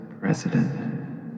president